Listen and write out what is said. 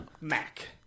Mac